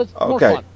Okay